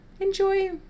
enjoy